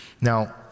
Now